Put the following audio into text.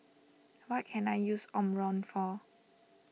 what can I use Omron for